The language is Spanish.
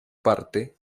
parte